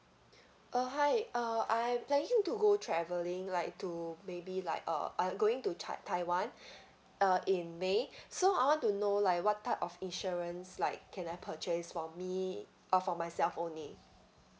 uh hi uh I'm planning to go travelling like to maybe like uh I'm going to tai~ taiwan uh in may so I want to know like what type of insurance like can I purchase for me uh for myself only